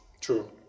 True